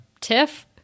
tiff